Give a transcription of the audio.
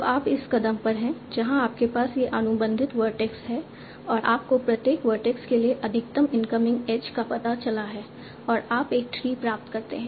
तो आप इस कदम पर हैं जहां आपके पास यह अनुबंधित वर्टेक्स है और आपको प्रत्येक वर्टेक्स के लिए अधिकतम इनकमिंग एज का पता चला है और आप एक ट्री प्राप्त करते हैं